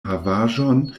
havaĵon